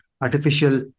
Artificial